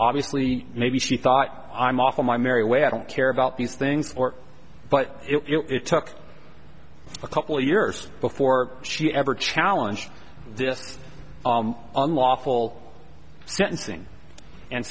obviously maybe she thought i'm off on my merry way i don't care about these things or but it took a couple years before she ever challenge this unlawful sentencing and